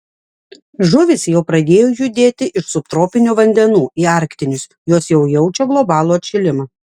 žuvys jau pradėjo judėti iš subtropinių vandenų į arktinius jos jau jaučia globalų atšilimą